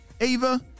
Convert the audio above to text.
Ava